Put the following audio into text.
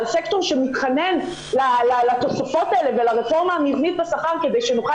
על סקטור שמתחנן לתוספות האלה ולרפורמה המבנית בשכר כדי שנוכל